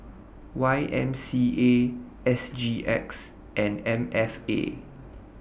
Y M C A S G X and M F A